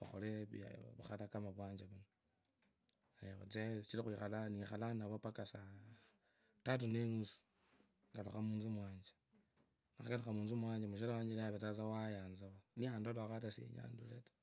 vakhole bia…. Vukhala kama ovwanje vuno ewucheu, sichira nikhalaa ninaro mpakaa saaa satatu nenusu engalushe mutsu mwanje ninakhakulakha mutsa mwanje mushere wanje niye avetsanga wayanza niyandolakho ata siyenyaa nduree taa.